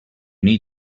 need